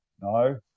no